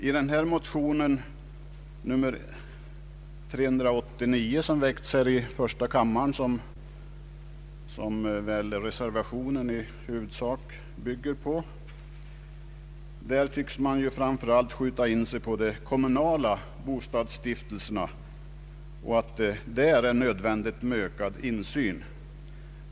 I motionen nr 389 i första kammaren, som reservationen i huvudsak bygger på, tycks man framför allt skjuta in sig på de kommunala bostadsstiftelserna, där man anser att ökad insyn är nödvändig.